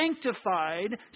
sanctified